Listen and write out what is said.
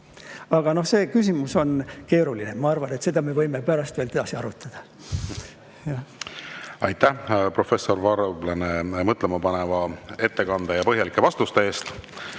Aga see küsimus on keeruline. Seda me võime pärast veel edasi arutada. Aitäh, professor Varblane, mõtlemapaneva ettekande ja põhjalike vastuste eest!